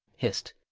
hist!